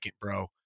bro